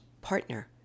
partner